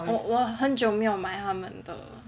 我我很久没要买他们的